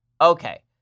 Okay